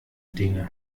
dinge